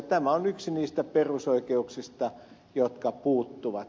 tämä on yksi niistä perusoikeuksista jotka puuttuvat